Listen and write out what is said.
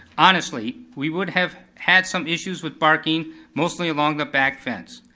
honestly, we would have had some issues with barking mostly along the back fence.